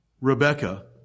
Rebecca